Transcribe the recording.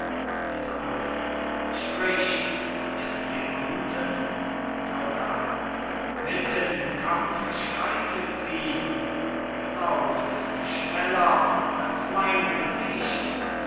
isabeau sprich ist sie unten soldat mitten im kampfe schreitet sie ihr lauf ist schneller als mein gesicht